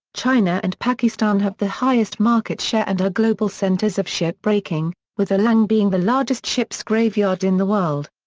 china and pakistan have the highest market share and are global centres of ship breaking, with alang being the largest ships graveyard in the world.